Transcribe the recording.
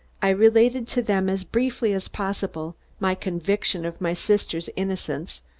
i related to them as briefly as possible my conviction of my sister's innocence,